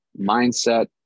mindset